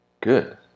Good